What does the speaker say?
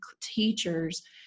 teachers